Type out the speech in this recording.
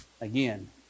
Again